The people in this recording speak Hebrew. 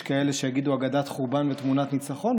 יש כאלה שיגידו "אגדת חורבן" ו"תמונת הניצחון"